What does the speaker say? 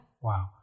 Wow